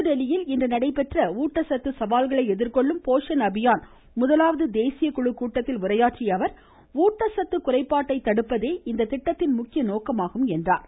புதுதில்லியில் இன்று நடைபெற்ற ஊட்டச்சத்து சவால்களை எதிர்கொள்ளும் போஷன் அபியான் முதலாவது தேசிய குழு கூட்டத்தில் உரையாற்றிய அவர் ஊட்டச்சத்து குறைபாட்டை தடுப்பதே இந்த திட்டத்தின் முக்கிய நோக்கமாகும் என்றார்